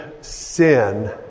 sin